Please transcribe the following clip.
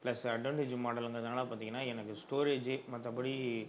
plus advantage மாடலுங்கறதுனால பார்த்திங்கன்னா எனக்கு ஸ்டோரேஜு மற்றபடி